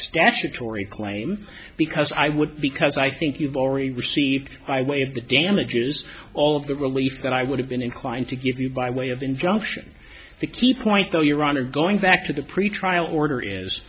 jury claim because i would because i think you've already received by way of the damages all of the relief that i would have been inclined to give you by way of injunction the key point though your honor going back to the pretrial order is